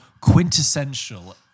quintessential